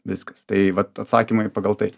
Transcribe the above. viskas tai vat atsakymai pagal tai